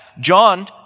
John